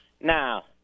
Now